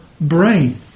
brain